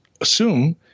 assume